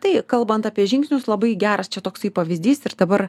tai kalbant apie žingsnius labai gera tai čia toksai pavyzdys ir dabar